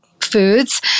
foods